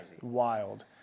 Wild